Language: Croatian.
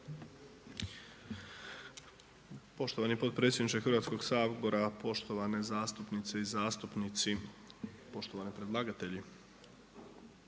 Poštovani potpredsjedniče Hrvatskog sabora, poštovane zastupnice i zastupnici, poštovani predlagatelji.